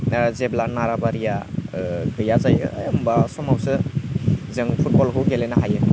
जेब्ला नाराबारिया गैया जायो ओइ होम्बा बे समावसो जों फुटबलखौ गेलेनो हायो